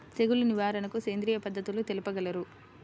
తెగులు నివారణకు సేంద్రియ పద్ధతులు తెలుపగలరు?